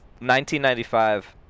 1995